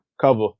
cover